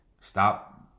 Stop